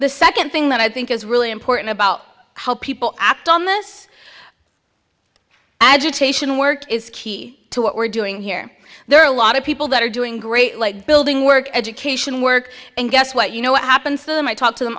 the second thing that i think is really important about how people act on this agitation work is key to what we're doing here there are a lot of people that are doing great like building work education work and guess what you know what happens to them i talk to them